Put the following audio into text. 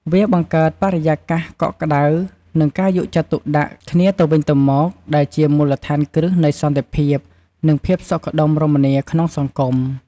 វាបង្ហាញថាវត្តអារាមមិនមែនត្រឹមតែជាកន្លែងគោរពបូជាប៉ុណ្ណោះទេ ថែមទាំងជាមជ្ឈមណ្ឌលសហគមន៍ដែលពោរពេញដោយការអាណិតអាសូរ និងសេចក្តីស្រលាញ់រាប់អានផងដែរ។